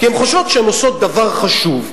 כי הן חושבות שהן עושות דבר חשוב.